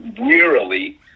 wearily